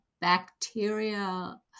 bacteria